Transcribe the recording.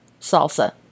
salsa